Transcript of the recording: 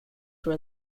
were